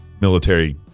military